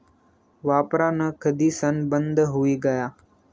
वापरान कधीसन बंद हुई गया